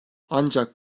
ancak